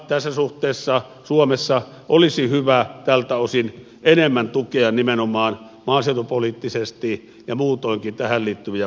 tässä suhteessa suomessa olisi hyvä tältä osin enemmän tukea nimenomaan maaseutupoliittisesti ja muutoinkin tähän liittyviä mahdollisuuksia